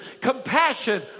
compassion